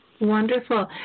Wonderful